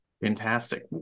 Fantastic